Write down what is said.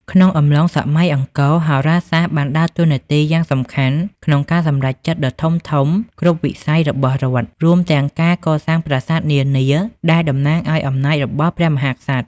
ក្នុងអំឡុងសម័យអង្គរ ហោរាសាស្ត្របានដើរតួនាទីយ៉ាងសំខាន់ក្នុងការសម្រេចចិត្តដ៏ធំៗគ្រប់វិស័យរបស់រដ្ឋ រួមទាំងការកសាងប្រាសាទនានាដែលតំណាងឲ្យអំណាចរបស់ព្រះមហាក្សត្រ។